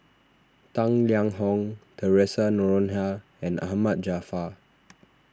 Tang Liang Hong theresa Noronha and Ahmad Jaafar